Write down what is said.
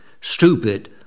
stupid